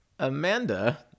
Amanda